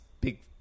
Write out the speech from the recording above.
big